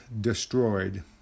destroyed